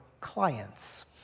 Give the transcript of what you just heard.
clients